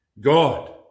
God